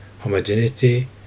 homogeneity